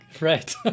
Right